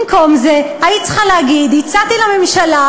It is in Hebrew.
במקום זה היית צריכה להגיד: הצעתי לממשלה,